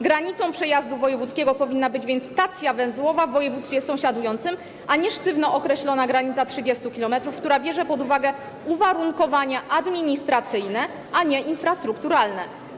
Granicą przejazdu wojewódzkiego powinna więc być stacja węzłowa w województwie sąsiadującym, a nie sztywno określona granica 30 km, która bierze pod uwagę uwarunkowania administracyjne, a nie infrastrukturalne.